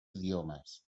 idiomes